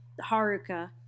Haruka